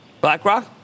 BlackRock